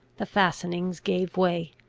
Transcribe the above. the fastenings gave way,